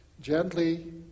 gently